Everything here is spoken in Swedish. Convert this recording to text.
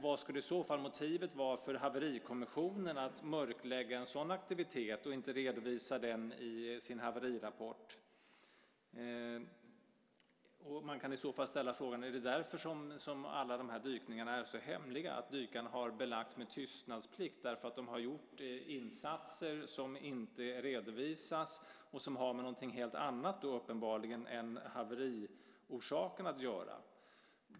Vad skulle i så fall vara haverikommissionens motiv för att mörklägga en sådan aktivitet och inte redovisa den i sin haverirapport? I så fall kan man ställa frågan: Är det därför som alla de här dykningarna är så hemliga att dykarna belagts med tystnadsplikt - alltså därför att de har gjort insatser som inte har redovisats och som uppenbarligen har med någonting helt annat än med haveriorsaken att göra?